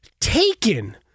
taken